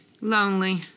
Lonely